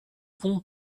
ponts